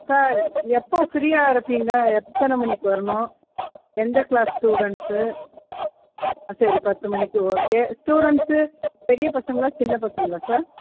sir எப்போ ஃப்ரீயாக இருப்பீங்க எத்தனை மணிக்கு வரணும் எந்த கிளாஸ் ஸ்டூடண்ஸு ஆ சரி பத்து மணிக்கு ஓகே ஸ்டூடண்ஸு பெரியப் பசங்களா சின்ன பசங்களா சார்